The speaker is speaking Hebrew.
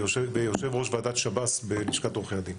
ויושב ראש ועדת שב"ס בלשכת עורכי הדין.